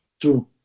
true